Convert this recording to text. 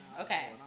okay